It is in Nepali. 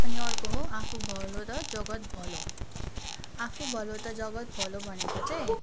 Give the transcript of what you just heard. अनि अर्को हो आफू भलो त जगत् भलो आफू भलो त जगत् भलो भनेको चाहिँ